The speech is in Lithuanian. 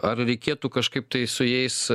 ar reikėtų kažkaip tai su jais